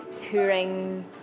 touring